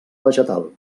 vegetal